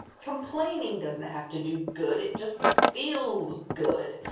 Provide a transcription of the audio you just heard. complaining doesn't have to do good, it just feels good!